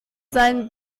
seinen